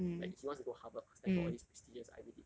like he wants to go harvard or stan~ for all these prestigious ivy league